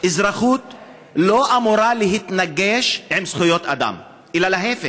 האזרחות לא אמורה להתנגש עם זכויות אדם אלא להפך,